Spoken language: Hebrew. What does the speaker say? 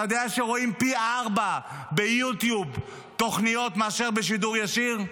אתה יודע שרואים פי ארבעה ביוטיוב תוכניות מאשר בשידור ישיר?